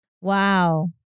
wow